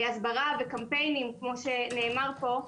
הסברה וקמפיינים כמו שנאמר פה,